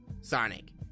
sonic